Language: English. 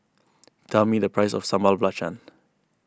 tell me the price of Sambal Belacan